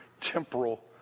temporal